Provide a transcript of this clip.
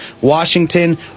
Washington